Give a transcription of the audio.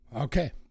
okay